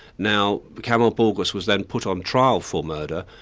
now kamel bourgass was then put on trial for murder,